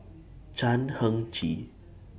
Chan Heng Chee